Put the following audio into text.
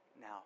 now